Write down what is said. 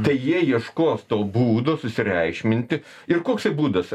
tai jie ieškos to būdo susireikšminti ir koksai būdas